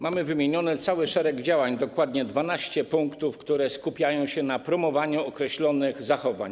Mamy wymieniony cały szereg działań, dokładnie 12 punktów, które skupiają się na promowaniu określonych zachowań.